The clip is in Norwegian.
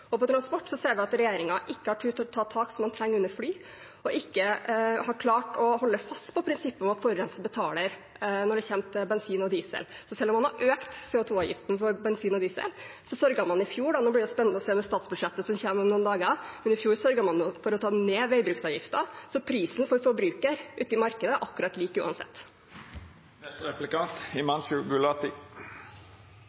transport. I transportsektoren ser vi at regjeringen ikke har turt å ta tak man trenger innen fly, og ikke har klart å holde fast på prinsippet om at forurenser betaler når det gjelder bensin og diesel. Selv om man har økt CO 2 -avgiften for bensin og diesel, sørget man i fjor – nå blir det spennende å se statsbudsjettet som kommer om noen dager – for å ta ned veibruksavgiften, så prisen for forbrukeren ute i markedet er akkurat lik uansett.